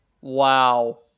Wow